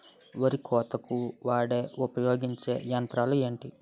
వరి కోతకు వాడే ఉపయోగించే యంత్రాలు ఏంటి?